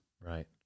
Right